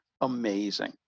amazing